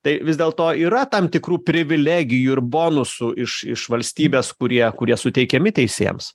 tai vis dėlto yra tam tikrų privilegijų ir bonusų iš iš valstybės kurie kurie suteikiami teisėjams